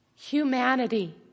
Humanity